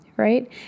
Right